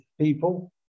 people